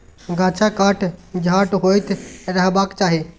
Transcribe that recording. गाछक काट छांट होइत रहबाक चाही